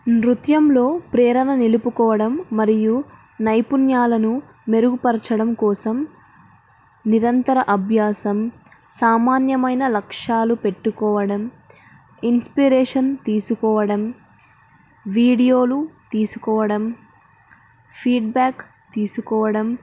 నృత్యంలో ప్రేరణ నిలుపుకోవడం మరియు నైపుణ్యాలను మెరుగుపరచడం కోసం నిరంతర అభ్యాసం సామాన్యమైన లక్ష్యాలు పెట్టుకోవడం ఇన్స్పిరేషన్ తీసుకోవడం వీడియోలు తీసుకోవడం ఫీడ్బ్యాక్ తీసుకోవడం